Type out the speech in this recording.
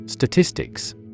Statistics